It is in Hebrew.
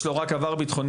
יש לו רק עבר ביטחוני,